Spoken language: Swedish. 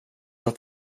att